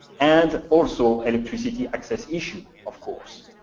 and also electricity access issue, of course.